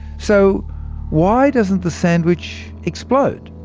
so why doesn't the sandwich explode?